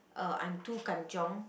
uh I'm too kanchiong